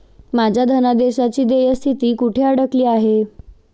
माझ्या धनादेशाची देय स्थिती कुठे अडकली आहे?